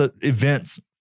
events